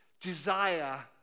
desire